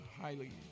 highly